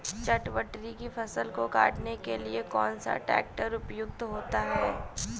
चटवटरी की फसल को काटने के लिए कौन सा ट्रैक्टर उपयुक्त होता है?